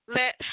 let